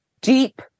deep